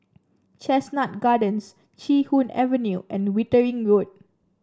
Chestnut Gardens Chee Hoon Avenue and Wittering Road